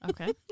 Okay